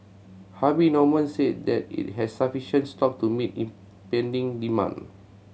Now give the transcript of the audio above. Harvey Norman said that it has sufficient stock to meet impending demand